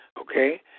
okay